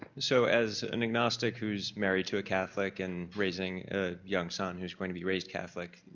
so as an agnostic who's married to a catholic and raising a young son who's going to be raised catholic,